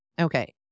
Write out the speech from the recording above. Okay